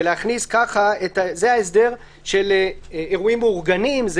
זה ההסדר של אירועים מאורגנים.